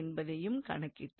என்பதையும் கணக்கிட்டோம்